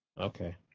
Okay